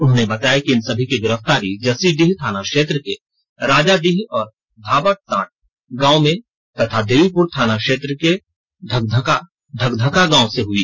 उन्होंने बताया कि इन सभी की गिरफ्तारी जसीडीह थाना क्षेत्र के राजाडीह और धाबातांड़ गांव में तथा देवीपुर थाना क्षेत्र के ढकधका गांव से हुई